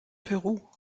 peru